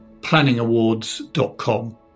planningawards.com